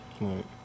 Right